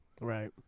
Right